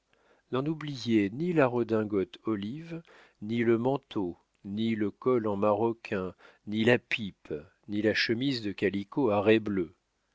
n'en oubliez ni la redingote olive ni le manteau ni le col en maroquin ni la pipe ni la chemise de calicot à